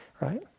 right